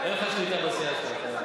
יואל, אין לך שליטה בסיעה שלך.